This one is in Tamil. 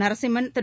நரசிம்மன் திரு